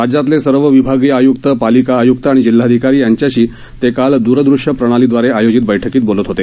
राज्यातले सर्व विभागीय आय्क्त पालिका आय्क्त आणि जिल्हाधिकारी यांच्याशी ते काल द्रदृश्य प्रणाली द्वारे आयोजित बैठकीत बोलत होते